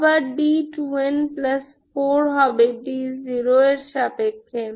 আবার d2n4 হবে d0 এর সাপেক্ষে